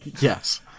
Yes